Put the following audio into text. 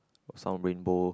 some rainbow